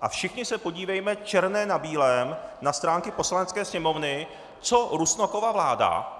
A všichni se podívejme, černé na bílém, na stránky Poslanecké sněmovny, co Rusnokova vláda